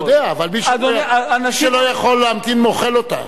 אני יודע, אבל מי שלא יכול להמתין, אוכל אותה.